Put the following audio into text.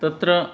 तत्र